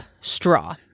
straw